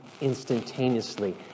instantaneously